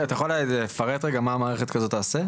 אתה יכול לפרט רגע מה מערכת כזאת תעשה?